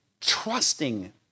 trusting